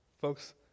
Folks